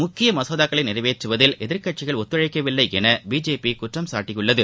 முக்கிய மசோதாக்களை எதிர்க்கட்சிகள் ஒத்துழைக்கவில்லை என பிஜேபி குற்றம்சாட்டியுள்ளது